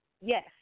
Yes